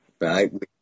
right